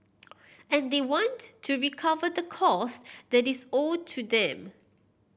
and they want to recover the cost that is owed to them